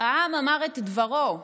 העם אמר את דברו,